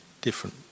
different